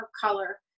color